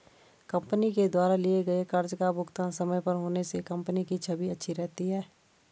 company के द्वारा लिए गए कर्ज का भुगतान समय पर होने से कंपनी की छवि अच्छी रहती है